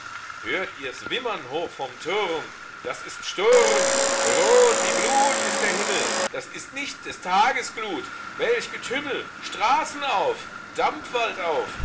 hört ihr's wimmern hoch vom turm das ist sturm rot wie blut ist der himmel das ist nicht des tages glut welch getümmel straßen auf dampf wallt auf